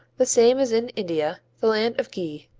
the same as in india, the land of ghee,